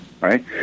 Right